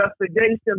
investigation